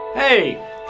Hey